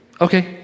Okay